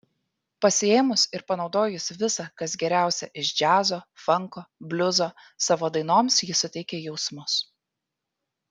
pasiėmus ir panaudojus visa kas geriausia iš džiazo fanko bliuzo savo dainoms ji suteikia jausmus